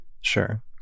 Sure